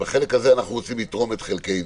בחלק הזה אנחנו רוצים לתרום את חלקנו.